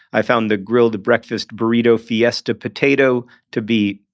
i found the grilled breakfast burrito fiesta potato to be,